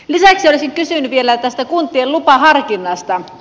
lisäksi olisin kysynyt vielä tästä kuntien lupaharkinnasta